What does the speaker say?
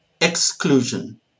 exclusion